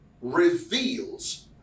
reveals